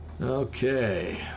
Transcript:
okay